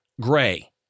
gray